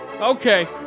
Okay